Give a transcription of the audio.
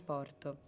Porto